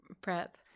prep